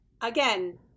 again